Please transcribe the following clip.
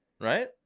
right